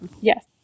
Yes